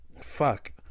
fuck